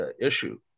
issue